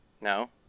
No